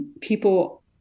People